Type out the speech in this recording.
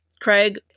Craig